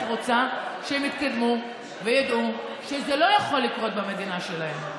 את רוצה שהם יתקדמו וידעו שזה לא יכול לקרות במדינה שלהם.